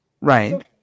Right